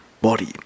body